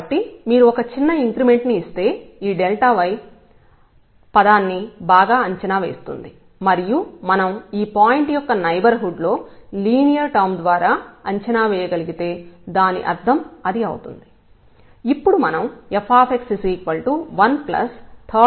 కాబట్టి మీరు ఒక చిన్న ఇంక్రిమెంట్ ను ఇస్తే ఈ dy y పదాన్ని బాగా అంచనా వేస్తోంది మరియు మనం ఈ పాయింట్ యొక్క నైబర్హుడ్ లో లీనియర్ టర్మ్ ద్వారా అంచనా వేయగలిగితే దాని అర్థం అది అవుతుంది